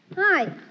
Hi